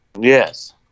yes